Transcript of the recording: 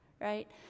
right